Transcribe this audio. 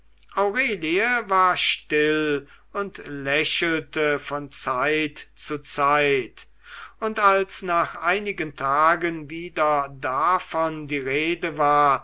aurelie war still und lächelte von zeit zu zeit und als nach einigen tagen wieder davon die rede war